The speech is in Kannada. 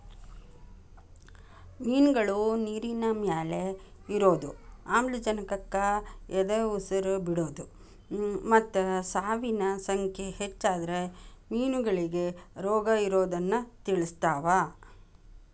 ಮಿನ್ಗಳು ನೇರಿನಮ್ಯಾಲೆ ಇರೋದು, ಆಮ್ಲಜನಕಕ್ಕ ಎದಉಸಿರ್ ಬಿಡೋದು ಮತ್ತ ಸಾವಿನ ಸಂಖ್ಯೆ ಹೆಚ್ಚಾದ್ರ ಮೇನಗಳಿಗೆ ರೋಗಇರೋದನ್ನ ತಿಳಸ್ತಾವ